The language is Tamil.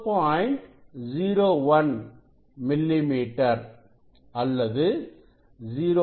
01 மில்லிமீட்டர் அல்லது 0